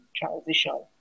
transition